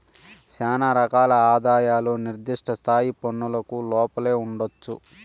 శానా రకాల ఆదాయాలు నిర్దిష్ట స్థాయి పన్నులకు లోపలే ఉండొచ్చు